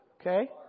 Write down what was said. Okay